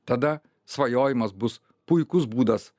tada svajojimas bus puikus būdas